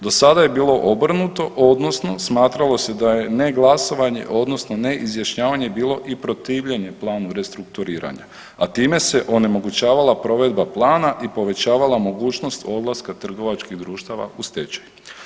Do sada je bilo obrnuto, odnosno smatralo se da je neglasovanje, odnosno neizjašnjavanje bilo i protivljenje planu restrukturiranja, a time se onemogućavala provedba plana i povećavala mogućnost odlaska trgovačkih društava u stečaj.